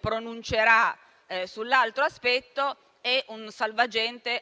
pronuncerà sull'altro aspetto, è